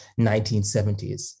1970s